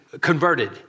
converted